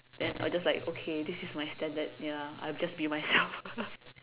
then I'll just like okay this is my standard ya I'll just be myself